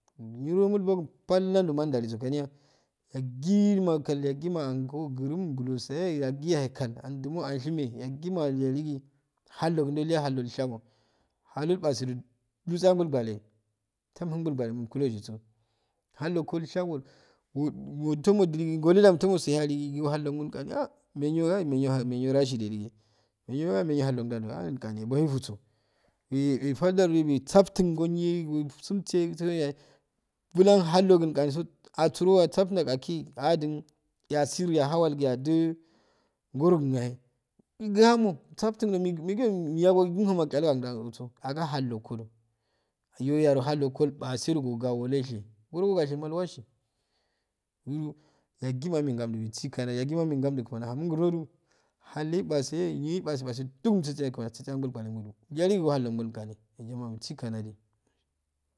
Niro mulbogn balndodojo waliso kaniya yakkima kai yakkima ango gurmm bulosane yakki ya he kal anjumo ansuime yakui ma yaligi hallogunjo llya shago hanolbase jo juse angol kwahe tamum kal bale imkisosiso hallo go shagoju otto mu juligi kole ja moto mose alihegi go hauomodo gamitgi menyo ha menyo hauun gan jo enbo aifuso efaldane we safttun ngo nye hesunmtsey so yayeh bulan hallogun ganiso asuro assaftun an akikgi ahaduu yasir ahawwal gu adu horogun yayeh guhamo gusafttun mesiyo miyagosi kun whamo uchalago agendaho agahallongodo iyo aro hallongodo ilpasedo gogura wolleyenshi ngoro ngashima illuashi wuro yagima amehe ngamddu wegikanadi yagima amehe ngamddu kmani ahamo ngurno do halleye ilpase nyen ipase ipase dugu mstisteyayeh kmani akiseyangol gwanengumo nyaligi hallongodo gani yajamaa umsokanadi.